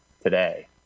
today